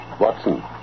Watson